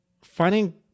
finding